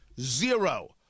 Zero